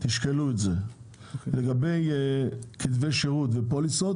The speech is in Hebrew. לגבי כתבי שירות ופוליסות